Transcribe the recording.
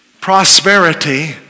prosperity